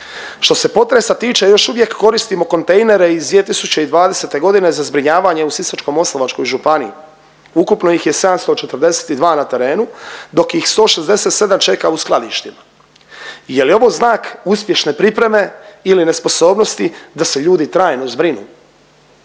Što se potresa tiče još uvijek koristimo kontejnere iz 2020. godine za zbrinjavanje u Sisačko-moslavačkoj županiji. Ukupno ih je 742 na terenu dok ih 167 čeka u skladištima. Je li ovo znak uspješne pripreme ili nesposobnosti da se ljudi trajno zbrinu?